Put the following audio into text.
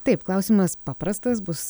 taip klausimas paprastas bus